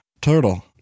Turtle